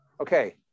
okay